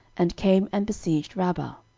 and came and besieged rabbah.